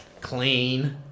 clean